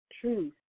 truth